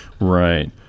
right